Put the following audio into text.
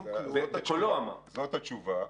זאת התשובה.